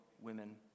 women